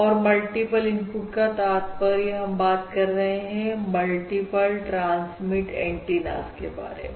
और multiple input का तात्पर्य हम बात कर रहे हैं मल्टीपल ट्रांसमिट एंटीनास के बारे में